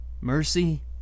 Mercy